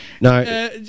No